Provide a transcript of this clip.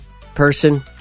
person